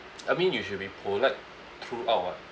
I mean you should be polite throughout [what]